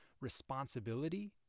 responsibility